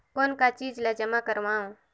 कौन का चीज ला जमा करवाओ?